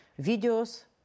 videos